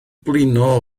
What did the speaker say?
blino